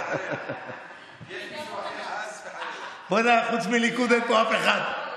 חוץ מהליכוד אין פה אף אחד.